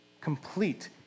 complete